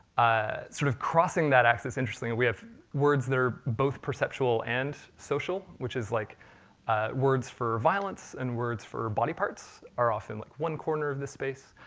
ah sort of crossing that axis, interestingly, we have words that are both perceptual and social, which is like words for violence, and words for body parts are often like one corner of this space.